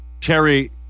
Terry